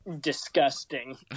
disgusting